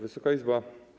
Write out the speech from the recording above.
Wysoka Izbo!